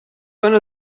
one